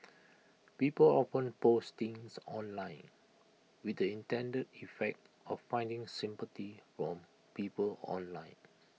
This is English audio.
people often post things online with the intended effect of finding sympathy from people online